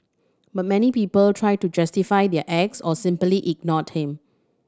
but many people try to justify their acts or simply ignored him